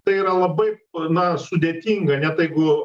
tai yra labai na sudėtinga net jeigu